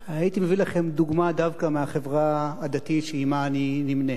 הייתי מביא לכם דוגמה דווקא מהחברה הדתית שעמה אני נמנה.